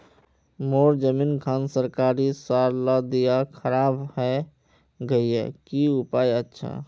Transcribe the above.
मोर जमीन खान सरकारी सरला दीया खराब है गहिये की उपाय अच्छा?